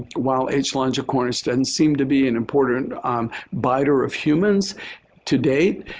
while h. longicornis then seemed to be an important biter of humans today,